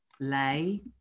lay